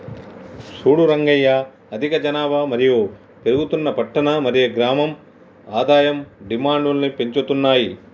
సూడు రంగయ్య అధిక జనాభా మరియు పెరుగుతున్న పట్టణ మరియు గ్రామం ఆదాయం డిమాండ్ను పెంచుతున్నాయి